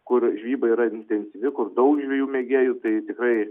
kur žvejyba yra intensyvi kur daug žvejų mėgėjų tai tikrai